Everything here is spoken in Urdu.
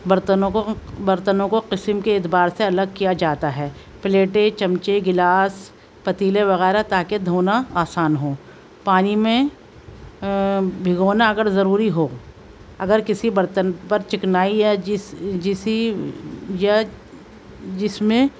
برتنوں کو برتنوں کو قسم کے اعتبار سے الگ کیا جاتا ہے پلیٹیں چمچے گلاس پتیلے وغیرہ تاکہ دھونا آسان ہو پانی میں بھگونا اگر ضروری ہو اگر کسی برتن پر چکنائی یا جس جسی یا جس میں